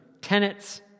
tenets